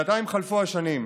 בינתיים חלפו השנים.